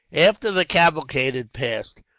after the cavalcade had passed,